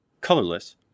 colorless